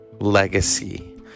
Legacy